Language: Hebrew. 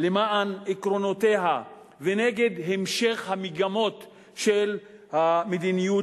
למען עקרונותיה ונגד המשך המגמות של המדיניות